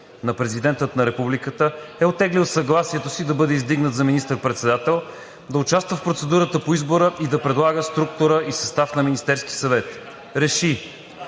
на Президента на Републиката, е оттеглил съгласието си да бъде издигнат за министър-председател, да участва в процедурата по избора и да предлага структура и състав на Министерския съвет РЕШИ: